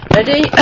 Ready